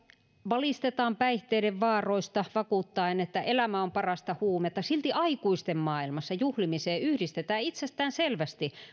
valistetaan päihteiden vaaroista vakuuttaen että elämä on parasta huumetta silti aikuisten maailmassa juhlimiseen yhdistetään itsestään selvästi